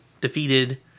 defeated